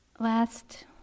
Last